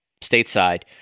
stateside